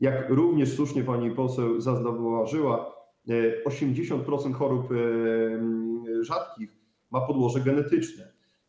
Jak również słusznie pani poseł zauważyła, 80% chorób rzadkich ma podłoże genetyczne.